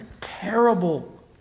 terrible